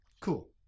Cool